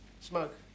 Smoke